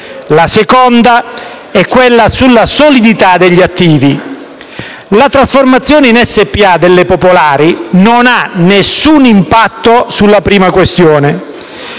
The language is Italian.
la seconda è quella sulla solidità degli attivi. La trasformazione in società per azioni delle popolari non ha nessun impatto sulla prima questione;